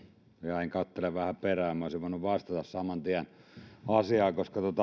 jäin katselemaan vähän perään minä olisin voinut vastata saman tien asiaan koska